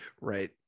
Right